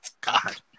God